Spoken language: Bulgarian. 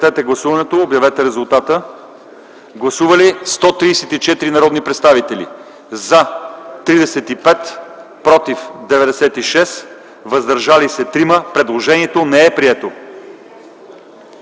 Гласували 134 народни представители: за 35, против 96, въздържали се 3. Предложението не е прието.